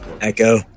Echo